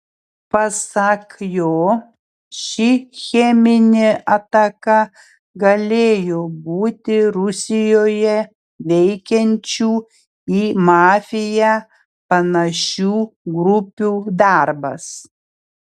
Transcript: pasak jo ši cheminė ataka galėjo būti rusijoje veikiančių į mafiją panašių grupių darbas